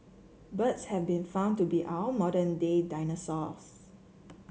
birds have been found to be our modern day dinosaurs